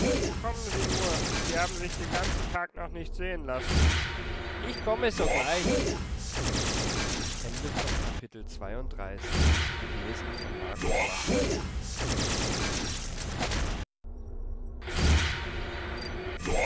kommen sie nur sie haben sich den ganzen tag noch nicht sehen lassen ich komme sogleich